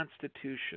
Constitution